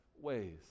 ways